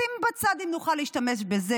שים בצד אם נוכל להשתמש בזה,